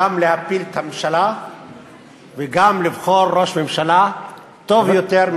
גם להפיל את הממשלה וגם לבחור ראש ממשלה טוב יותר,